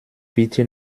bitte